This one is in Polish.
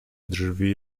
drzwi